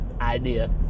idea